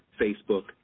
Facebook